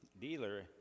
dealer